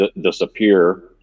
disappear